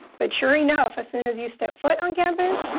but sure enough, as soon as you step foot on campus,